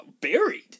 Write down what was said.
buried